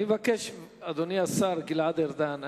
אדוני השר גלעד ארדן,